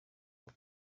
rugo